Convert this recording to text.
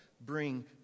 bring